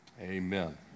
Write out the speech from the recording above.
Amen